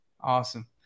Awesome